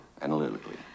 analytically